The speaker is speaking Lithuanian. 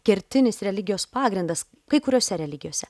kertinis religijos pagrindas kai kuriose religijose